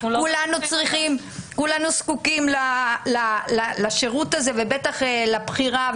כולנו זקוקים לשירות הזה, ובטח לבחירה.